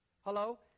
Hello